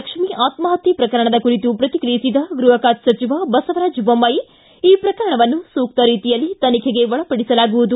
ಲಕ್ಷ್ಮಿ ಆತ್ಸಪತ್ತೆ ಪ್ರಕರಣದ ಕುರಿತು ಪ್ರತಿಕ್ರಿಯಿಸಿದ ಗೃಹ ಖಾತೆ ಸಚಿವ ಬಸವರಾಜ ಬೊಮ್ನಾಯಿ ಈ ಪ್ರಕರಣವನ್ನು ಸೂಕ್ತ ರೀತಿಯಲ್ಲಿ ತನಿಖೆಗೆ ಒಳಪಡಿಸಲಾಗುವುದು